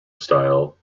style